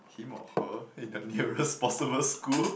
him or her in the nearest possible school